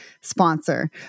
sponsor